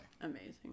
Amazing